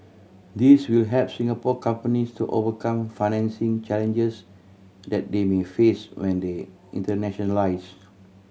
these will help Singapore companies to overcome financing challenges that they may face when they internationalise